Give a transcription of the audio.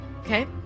Okay